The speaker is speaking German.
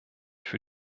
für